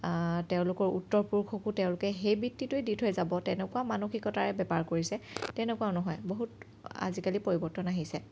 তেওঁলোকৰ উত্তৰ পুৰুষকো তেওঁলোকে সেই বৃত্তিটোৱে দি থৈ যাব তেনেকুৱা মানসিকতাৰে বেপাৰ কৰিছে তেনেকুৱাও নহয় বহুত আজিকালি পৰিৱৰ্তন আহিছে